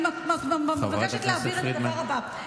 אני מבקשת להבהיר את הדבר הבא, חברת הכנסת פרידמן.